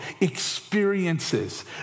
experiences